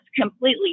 completely